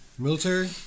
Military